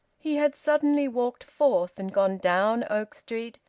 he had suddenly walked forth and gone down oak street,